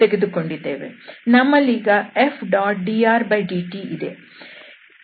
ನಮ್ಮಲ್ಲೀಗ Fdrdt ಇದೆ